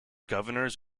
governors